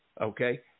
Okay